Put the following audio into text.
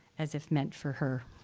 as if meant for her.